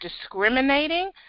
discriminating